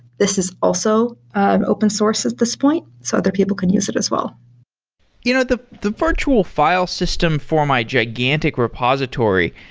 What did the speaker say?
this is also open source at this point so other people can use it as well you know the the virtual file system for my gigantic repository,